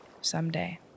someday